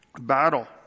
battle